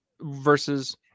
versus